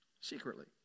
secretly